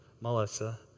Melissa